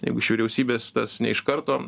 jeigu iš vyriausybės tas ne iš karto